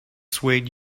swayed